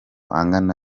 angana